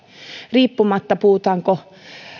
riippumatta siitä puhutaanko